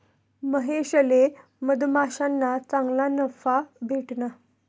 महेशले मधमाश्याना चांगला नफा भेटना